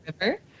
River